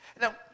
Now